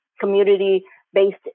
community-based